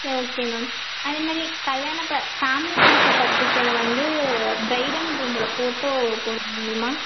சரி okay ma'am அதேமாதிரி கல்யாண ப ஃபேமிலி கொடுக்க பத்திரிக்கையில் வந்து ப்ரைட் அண்ட் க்ரூமோடய ஃபோட்டோ போட முடியுமா